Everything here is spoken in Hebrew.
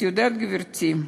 את יודעת, גברתי,